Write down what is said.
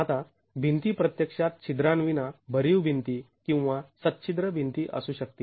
आता भिंती प्रत्यक्षात छिद्रांविना भरीव भिंती किंवा सच्छिद्र भिंती असू शकतील